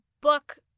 book